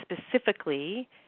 specifically